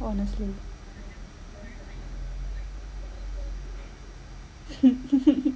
honestly